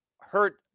hurt